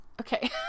Okay